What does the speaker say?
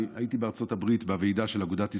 הייתי בארצות הברית בוועידה של אגודת ישראל.